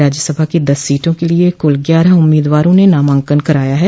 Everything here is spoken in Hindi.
राज्यसभा की दस सीटों के लिए कल ग्यारह उम्मीदवारों ने नामांकन कराया है